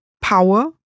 power